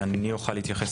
אני אוכל להתייחס